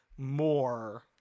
more